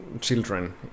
children